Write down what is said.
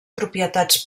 propietats